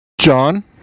John